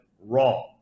wrong